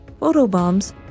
Photobombs